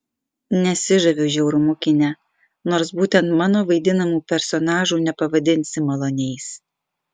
nesižaviu žiaurumu kine nors būtent mano vaidinamų personažų nepavadinsi maloniais